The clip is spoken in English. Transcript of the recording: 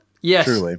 Yes